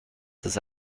this